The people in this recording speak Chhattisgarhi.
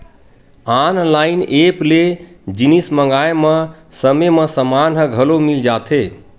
ऑनलाइन ऐप ले जिनिस मंगाए म समे म समान ह घलो मिल जाथे